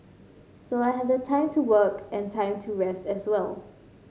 so I have the time to work and time to rest as well